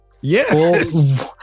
Yes